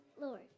Lord